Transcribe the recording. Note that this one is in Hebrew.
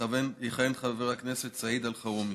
יכהן חבר הכנסת סעיד אלחרומי,